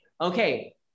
Okay